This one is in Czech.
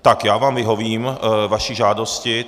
Tak já vyhovím vaší žádosti.